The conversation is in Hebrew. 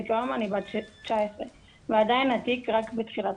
כיום אני בת 19 ועדיין התיק רק בתחילתו.